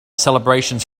celebrations